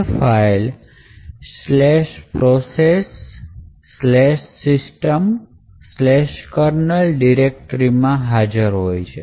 એ file procsyskernel directory માં હાજર હોય છે